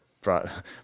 brought